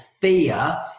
fear